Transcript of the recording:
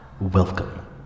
Welcome